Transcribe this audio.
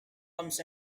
comes